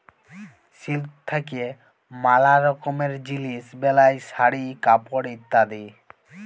silk থাক্যে ম্যালা রকমের জিলিস বেলায় শাড়ি, কাপড় ইত্যাদি